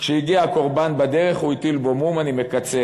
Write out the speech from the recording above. כשהגיע הקורבן, בדרך הוא הטיל בו מום, אני מקצר.